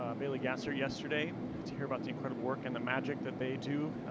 ah bailey gatzert yesterday to hear about the incredible work and the magic that they do.